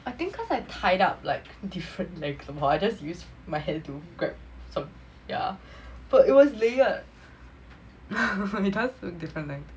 I think cause I tied up like different lengths somemore I just use my hand to grab so yeah but it was layered don't try and tickle me